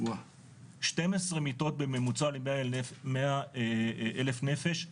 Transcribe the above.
שתיים עשרה מיטות בממוצע למאה אלף נפש,